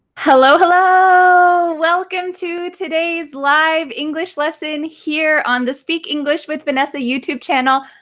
hello, hello. welcome to today's live english lesson, here on the speak english with vanessa youtube channel.